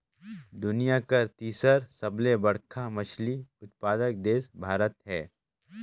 दुनिया कर तीसर सबले बड़खा मछली उत्पादक देश भारत हे